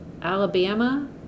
alabama